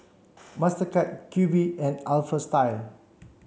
Mastercard Q V and Alpha Style